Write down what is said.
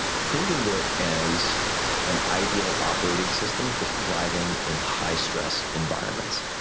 think of it as an ideal operating system for thriving in high-stress environments,